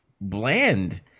bland